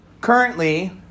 currently